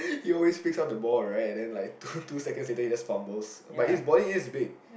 he always pick up the ball right and then like two two seconds later his body just fumbles but his body is big